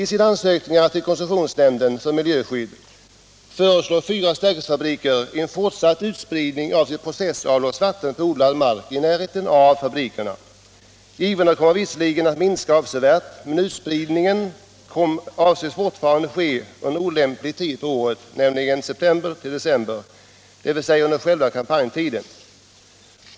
I sina ansökningar till koncessionsnämnden för miljöskydd föreslår fyra stärkelsefabriker en fortsatt utspridning av sitt processavloppsvatten på odlad mark i närheten av fabrikerna. Givorna kommer visserligen att minskas avsevärt, men utspridningen avses fortfarande ske under olämplig tid på året, nämligen september-december, dvs. under själva kampanjtiden.